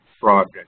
project